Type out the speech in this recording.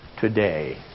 today